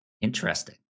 Interesting